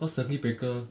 cause circuit breaker